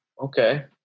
okay